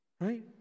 Right